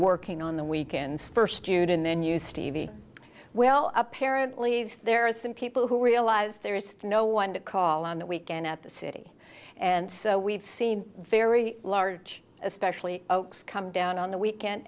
working on the weekends first june and then you stevie well apparently there are some people who realize there is no one to call on the weekend at the city and we've seen very large especially come down on the weekend